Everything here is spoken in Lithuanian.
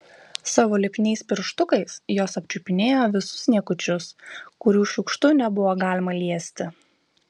savo lipniais pirštukais jos apčiupinėjo visus niekučius kurių šiukštu nebuvo galima liesti